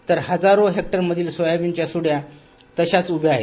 तर हजारो हेक्टर मधील सोयाबीनच्या सुड्या तशाच उभ्या आहेत